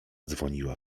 dzwoniła